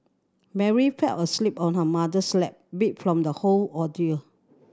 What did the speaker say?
Mary fell asleep on her mother's lap beat from the whole ordeal